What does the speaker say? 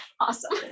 Awesome